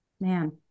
man